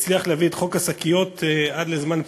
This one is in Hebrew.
והצליח להביא את חוק השקיות עד לזמן פציעות,